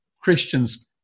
Christians